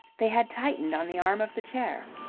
they had tightened on the arm of the chair.